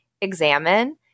examine